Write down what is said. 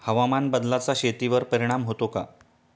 हवामान बदलाचा शेतीवर परिणाम होतो का?